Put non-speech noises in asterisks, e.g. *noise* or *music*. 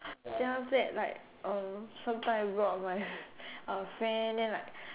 then after that like uh sometimes I go out with my *laughs* uh my friend then like